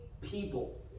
people